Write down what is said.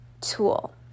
tool